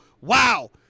Wow